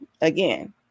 again